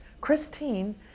Christine